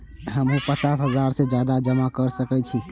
हमू पचास हजार से ज्यादा जमा कर सके छी?